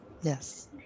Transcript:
Yes